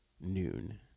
noon